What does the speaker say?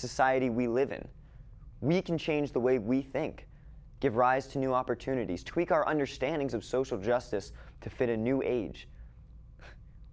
society we live in we can change the way we think give rise to new opportunities tweak our understanding's of social justice to fit a new age